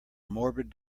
morbid